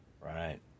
Right